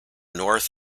north